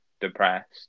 depressed